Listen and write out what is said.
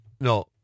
No